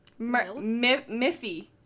Miffy